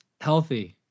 healthy